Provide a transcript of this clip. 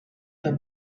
the